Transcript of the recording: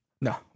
No